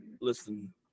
Listen